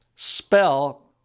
Spell